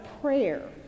prayer